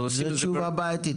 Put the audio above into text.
זו תשובה בעייתית.